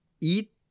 eat